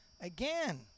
again